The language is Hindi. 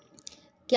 नीचे